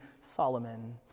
Solomon